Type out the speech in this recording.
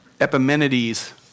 Epimenides